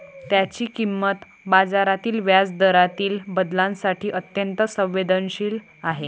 त्याची किंमत बाजारातील व्याजदरातील बदलांसाठी अत्यंत संवेदनशील आहे